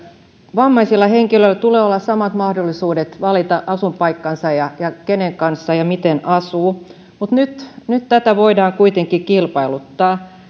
vammaisilla henkilöillä tulee olla samat mahdollisuudet valita asuinpaikkansa ja ja se kenen kanssa ja miten asuu mutta nyt nyt tätä voidaan kuitenkin kilpailuttaa